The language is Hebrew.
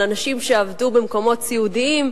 של אנשים שעבדו במקומות סיעודיים,